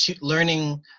learning